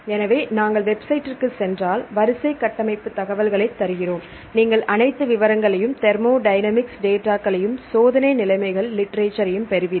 எனவே நாங்கள் வெப்சைட்டிற்குச் சென்றால் வரிசை கட்டமைப்பு தகவல்களைத் தருகிறோம் நீங்கள் அனைத்து விவரங்களையும் தெர்மோடைனமிக் டேட்டாகளையும் சோதனை நிலைமைகள் லிட்ரேசரையும் பெறுவீர்கள்